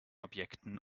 objekten